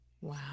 Wow